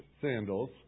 sandals